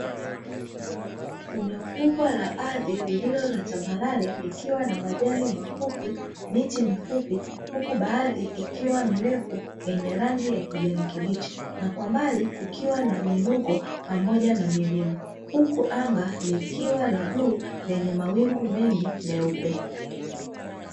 Eneo kubwa la ardhi lililo la tambarare likiwa na majani mafupi miti mifupi huku baadhi ikiwa mirefu yenye rangi ya kijani kibichi, na kwa mbali kukiwa na miinuko pamoja na milima, huku anga likiwa la bluu lenye mawingu mengi meupe.